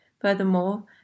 Furthermore